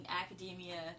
academia